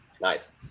Nice